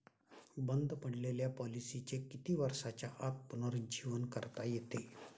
बंद पडलेल्या पॉलिसीचे किती वर्षांच्या आत पुनरुज्जीवन करता येते?